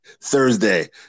Thursday